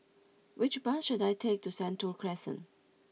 which bus should I take to Sentul Crescent